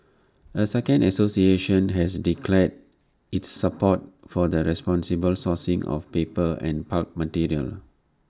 A second association has declared its support for the responsible sourcing of paper and pulp material